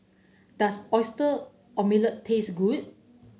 does Oyster Omelette taste good